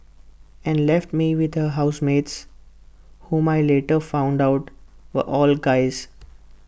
and left me with her housemates whom I later found out were all guys